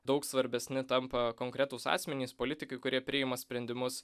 daug svarbesni tampa konkretūs asmenys politikai kurie priima sprendimus